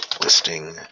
listing